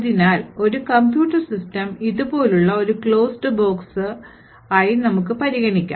അതിനാൽ ഒരു computer system ഇതുപോലുള്ള ഒരു closed box നമുക്ക് പരിഗണിക്കാം